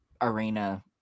arena